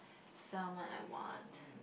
salmon I want